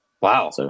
Wow